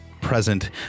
present